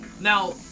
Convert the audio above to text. Now